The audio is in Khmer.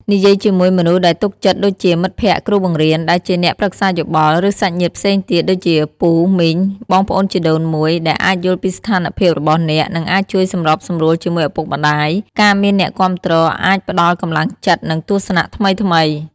និយាយជាមួយមនុស្សដែលទុកចិត្តដូចជា មិត្តភក្តិ គ្រូបង្រៀន ដែលជាអ្នកប្រឹក្សាយោបល់ ឬ សាច់ញាតិផ្សេងទៀត ដូចជាពូ មីង បងប្អូនជីដូនមួយ ដែលអាចយល់ពីស្ថានភាពរបស់អ្នក និងអាចជួយសម្របសម្រួលជាមួយឪពុកម្ដាយ ការមានអ្នកគាំទ្រអាចផ្ដល់កម្លាំងចិត្ត និងទស្សនៈថ្មីៗ។